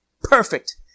Perfect